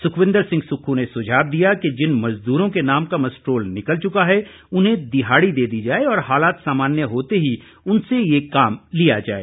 सुखविंद्र सिंह सुक्खू ने सुझाव दिया कि जिन मजदूरों के नाम का मस्ट्रोल निकल चुका है उन्हें दिहाड़ी दे दी जाए और हालात सामान्य होते ही उनसे ये काम लिया जाए